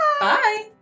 Bye